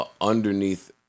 underneath